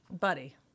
Buddy